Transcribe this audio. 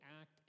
act